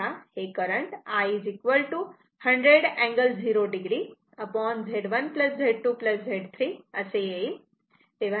तेव्हा हे current I 100 angle 0 o Z1 Z2 Z3 असे येईल